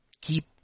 Keep